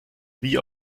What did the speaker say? wie